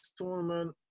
tournament